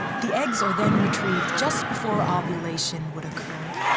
the eggs are then retrieved just before um ovulation would occur,